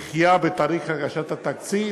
דחייה של תאריך הגשת התקציב,